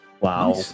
wow